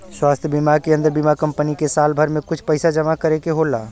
स्वास्थ बीमा के अन्दर बीमा कम्पनी के साल भर में कुछ पइसा जमा करे के होला